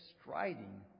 striding